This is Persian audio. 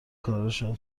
کارشان